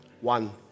one